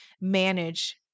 manage